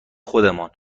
خودمان